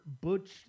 Butch